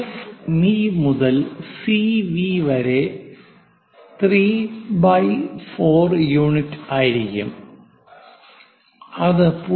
FV മുതൽ CV വരെ 34 unit ആയിരിക്കും അത് 0